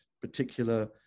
particular